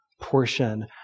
portion